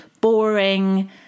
boring